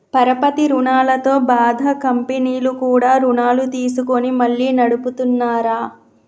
పరపతి రుణాలతో బాధ కంపెనీలు కూడా రుణాలు తీసుకొని మళ్లీ నడుపుతున్నార